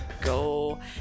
go